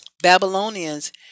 Babylonians